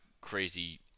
crazy